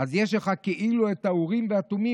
אז יש לך כאילו את האורים והתומים,